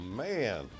man